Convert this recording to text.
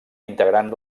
integrant